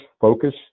focus